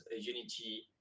Unity